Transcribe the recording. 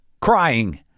crying